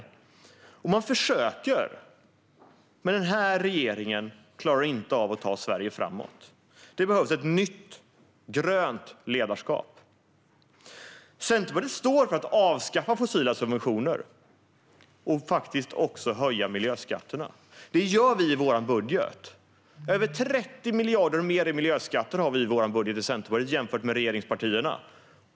Regeringen försöker, men den klarar inte av att ta Sverige framåt. Det behövs ett nytt, grönt ledarskap. Centerpartiet står för att avskaffa fossila subventioner och också höja miljöskatterna. Det gör vi i vår budget. Centerpartiet har över 30 miljarder mer i miljöskatter i vårt budgetförslag jämfört med regeringspartierna.